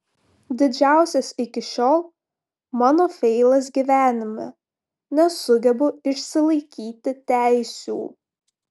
didžiausias iki šiol mano feilas gyvenime nesugebu išsilaikyti teisių